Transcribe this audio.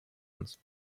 uns